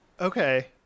Okay